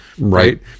Right